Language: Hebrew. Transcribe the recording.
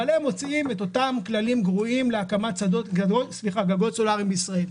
אבל הם מוציאים את אותם כללים גרועים להקמת גגות סולריים בישראל.